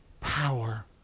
power